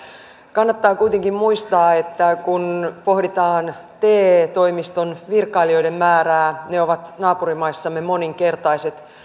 kannattaa kuitenkin muistaa kun pohditaan te toimistojen virkailijoiden määrää että ne ovat naapurimaissamme moninkertaiset